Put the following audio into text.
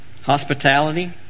hospitality